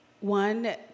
One